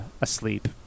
asleep